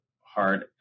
hard